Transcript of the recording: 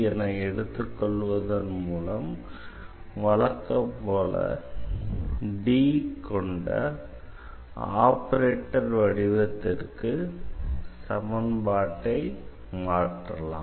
என எடுத்துக்கொள்வதன் மூலம் வழக்கம்போல D கொண்ட ஆபரேட்டர் வடிவத்திற்கு சமன்பாட்டை மாற்றலாம்